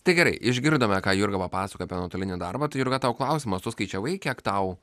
tai gerai išgirdome ką jurga papasakojo apie nuotolinį darbą tai jurga tau klausimas tu skaičiavai kiek tau